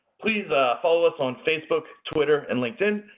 please follow us on facebook, twitter, and linkedin.